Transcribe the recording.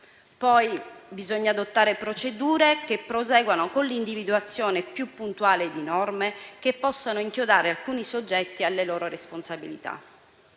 Poi, bisogna adottare procedure che proseguano con l'individuazione più puntuale di norme che possano inchiodare alcuni soggetti alle loro responsabilità.